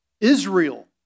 Israel